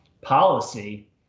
policy